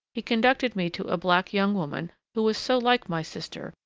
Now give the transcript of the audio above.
he conducted me to a black young woman, who was so like my sister,